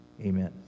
Amen